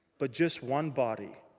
but just one body.